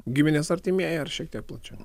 giminės artimieji ar šiek tiek plačiau